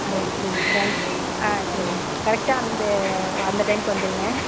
ஆ சரி தேங்க்ஸ் ஆ சரிங்க கரெக்டாக அந்த அந்த டைம்க்கு வந்துருங்க